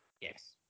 Yes